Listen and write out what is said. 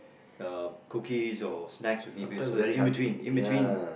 uh cookies or snacks with me so in between in between